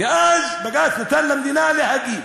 ואז בג"ץ נתן למדינה להגיב